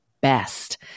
best